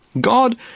God